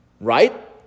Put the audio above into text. Right